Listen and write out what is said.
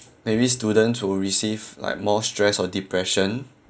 maybe students who receive like more stress or depression